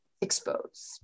exposed